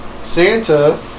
Santa